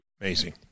Amazing